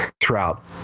throughout